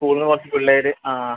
സ്കൂളിൽനിന്ന് ബാക്കി പിള്ളേർ ആ